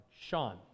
Sean